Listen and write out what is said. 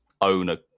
owner